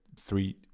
three